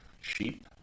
sheep